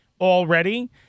already